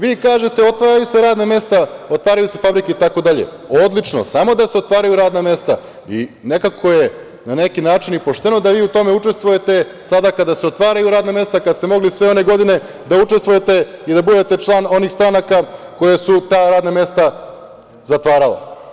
Vi kažete – otvaraju se radna mesta, otvaraju se fabrike itd. odlično, samo da se otvaraju radna mesta i nekako je na neki način i pošteno da vi u tome učestvujete sada kada se otvaraju radna mesta, kada ste mogli sve one godine da učestvujete i da budete član onih stranaka koje su ta radna mesta zatvarala.